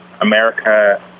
America